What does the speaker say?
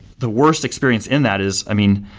the worst experience in that is, i mean,